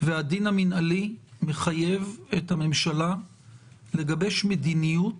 והדין המנהלי מחייב את הממשלה לגבש מדיניות